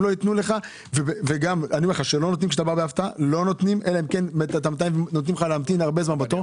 ולא נותנים כשאתה בא בהפתעה או נותנים להמתין הרבה זמן בתור.